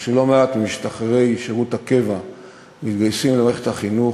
משום שלא מעט ממשתחררי שירות הקבע מתגייסים למערכת החינוך